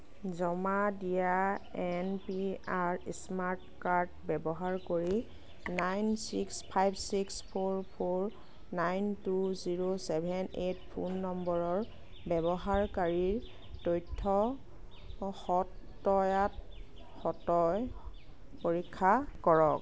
জমা দিয়া NPR smart card ব্যৱহাৰ কৰি nine six five six four four nine two zero seven eight phone নম্বৰৰ ব্যৱহাৰকাৰীৰ তথ্যৰ সত্য়াসত্য় পৰীক্ষা কৰক